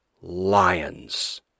lions